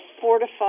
Fortify